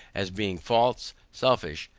as being false, selfish,